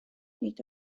nid